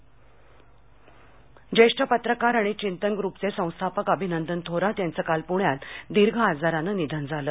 निधन अभिनंदन थोरात ज्येष्ठ पत्रकार आणि घिंतन ग्रुपचे संस्थापक अभिनंदन थोरात यांचं काल पूण्यात दीर्घ आजारानं निधन झालं